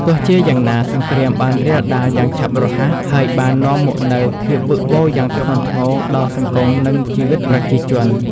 ទោះជាយ៉ាងណា សង្គ្រាមបានរាលដាលយ៉ាងឆាប់រហ័ស ហើយបាននាំមកនូវភាពវឹកវរយ៉ាងធ្ងន់ធ្ងរដល់សង្គមនិងជីវិតប្រជាជន។